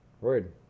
Word